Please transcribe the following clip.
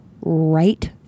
right